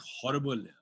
horrible